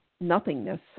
nothingness